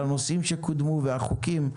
על הנושאים שקודמו והחוקים.